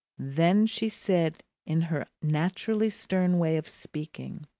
then she said in her naturally stern way of speaking,